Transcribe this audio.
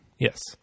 Yes